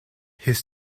his